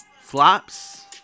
Flops